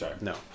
No